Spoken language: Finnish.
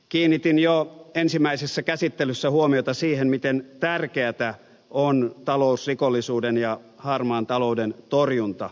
kiinnitin jo ensimmäisessä käsittelyssä huomiota siihen miten tärkeätä on talousrikollisuuden ja harmaan talouden torjunta